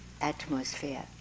atmosphere